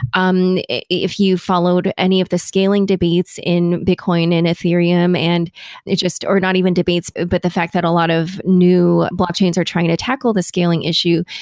um if you followed any of the scaling debates in bitcoin and ethereum and just or not even debates, but the fact that a lot of new blockchains are trying to tackle the scaling issue,